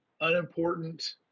unimportant